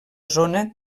zona